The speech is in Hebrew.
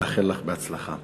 ומאחל לך הצלחה.